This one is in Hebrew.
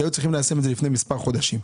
כי היו צריכים ליישם את זה לפני מספר חודשים.